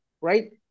right